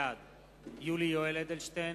בעד יולי יואל אדלשטיין,